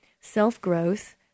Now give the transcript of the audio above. self-growth